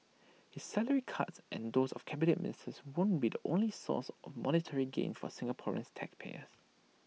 his salary cuts and those of Cabinet Ministers won't be the only sources of monetary gain for Singaporean taxpayers